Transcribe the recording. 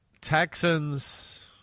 Texans